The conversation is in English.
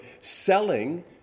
selling